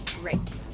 Great